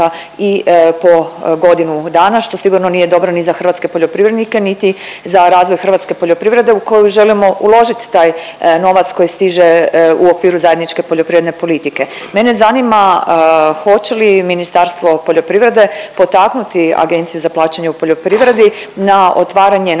i po godinu dana, što sigurno nije dobro ni za hrvatske poljoprivrednike niti za razvoj hrvatske poljoprivrede u koju želimo uložit taj novac koji stiže u okviru zajedničke poljoprivredne politike. Mene zanima hoće li Ministarstvo poljoprivrede potaknuti Agenciju za plaćanje u poljoprivredi na otvaranje natječaja